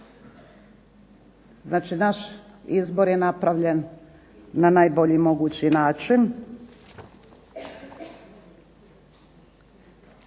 Znači izbor je napravljen na najbolji mogući način.